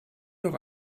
noch